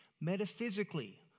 Metaphysically